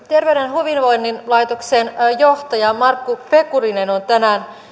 hyvinvoinnin laitoksen johtaja markku pekurinen on tänään